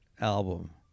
album